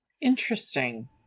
Interesting